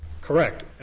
Correct